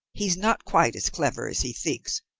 he's not quite as clever as he thinks,